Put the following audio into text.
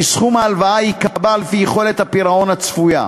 כי סכום ההלוואה ייקבע על-פי יכולת הפירעון הצפויה,